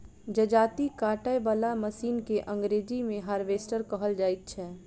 जजाती काटय बला मशीन के अंग्रेजी मे हार्वेस्टर कहल जाइत छै